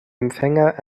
empfänger